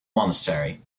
monastery